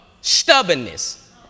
Stubbornness